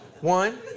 One